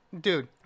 dude